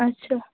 اچھا